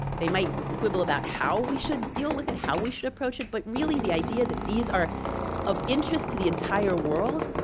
they might quibble about how we should deal with it, how we should approach it, but really the idea that these are of interest to the entire world,